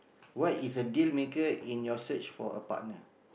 what is a dealmaker in your search for a partner